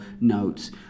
notes